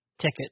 ticket